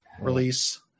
release